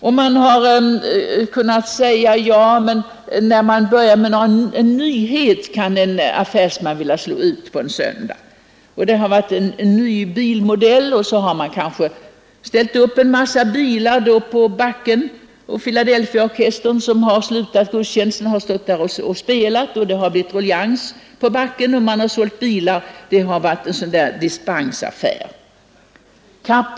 Det har också sagts, att om det gäller en nyhet kan affärsmannen vilja ha öppet en söndag. Det kan t.ex. ha kommit ut en ny bilmodell. Då har man ställt upp ett stort antal bilar på backen, Filadelfias orkester har efter slutad gudstjänst satt i gång att spela, och man har fått i gång en affärsruljans och sålt bilar. Det har varit en dispensaffär.